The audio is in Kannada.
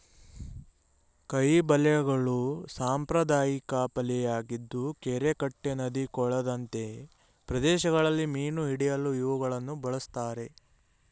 ಕೈ ಬಲೆಗಳು ಸಾಂಪ್ರದಾಯಿಕ ಬಲೆಯಾಗಿದ್ದು ಕೆರೆ ಕಟ್ಟೆ ನದಿ ಕೊಳದಂತೆ ಪ್ರದೇಶಗಳಲ್ಲಿ ಮೀನು ಹಿಡಿಯಲು ಇವುಗಳನ್ನು ಬಳ್ಸತ್ತರೆ